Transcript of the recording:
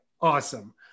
awesome